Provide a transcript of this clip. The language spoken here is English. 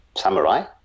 samurai